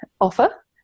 offer